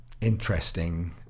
interesting